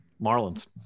Marlins